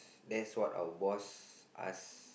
that's what our boss ask